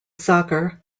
soccer